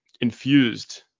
infused